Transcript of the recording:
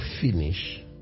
finish